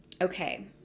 Okay